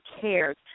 cares